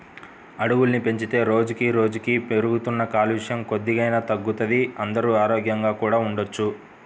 అడవుల్ని పెంచితే రోజుకి రోజుకీ పెరుగుతున్న కాలుష్యం కొద్దిగైనా తగ్గుతది, అందరూ ఆరోగ్యంగా కూడా ఉండొచ్చు